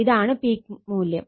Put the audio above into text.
ഇതാണ് പീക്ക് മൂല്യം